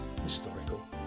historical